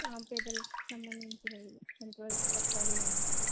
పిల్లలకు సంబంధించి ఎంత వరకు కట్టాలి ఏంటి అని